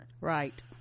right